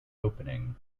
opening